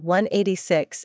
186